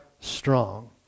strong